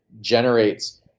generates